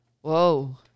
whoa